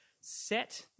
set